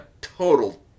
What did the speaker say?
total